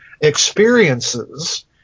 experiences